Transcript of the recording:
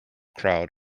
crowd